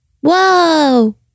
Whoa